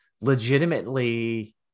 legitimately